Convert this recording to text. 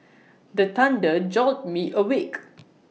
the thunder jolt me awake